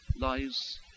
lies